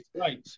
Right